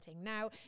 Now